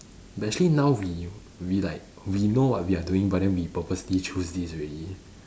but actually now we we like we know what we are doing but then we purposely choose this already